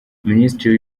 minisiteri